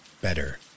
better